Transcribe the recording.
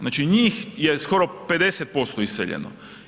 Znači njih je skoro 50% iseljeno.